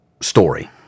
story